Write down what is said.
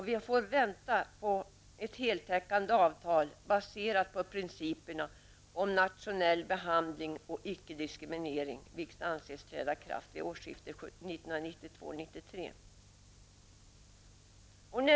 Vi får vänta på ett heltäckande avtal baserat på principerna om nationell behandling och ickediskriminering. Avsikten är att ett sådant avtal skall träda i kraft årsskiftet 1992/93.